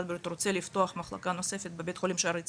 הבריאות רוצה לפתוח מחלקה נוספת בבית חולים שערי צדק.